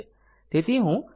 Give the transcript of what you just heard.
તેથી હું તેને સમજાવું